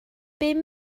bum